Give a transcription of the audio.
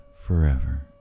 forever